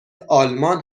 آلمان